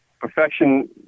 Perfection